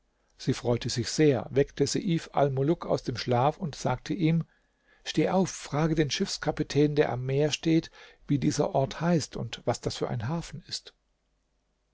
sie freute sich sehr weckte seif almuluk aus dem schlaf und sagte ihm steh auf frage den schiffskapitän der am meer steht wie dieser ort heißt und was das für ein hafen ist